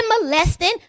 molesting